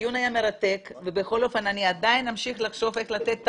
הדיון היה מרתק ואני עדיין אמשיך לחשוב איך לתת את